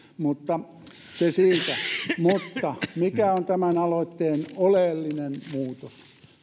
mutta se siitä mutta mikä on tämän aloitteen oleellinen muutos